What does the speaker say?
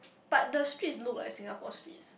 but the streets look like Singapore's streets